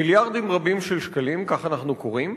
מיליארדים רבים של שקלים, כך אנחנו קוראים.